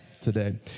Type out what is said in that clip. today